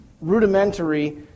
rudimentary